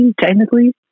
Technically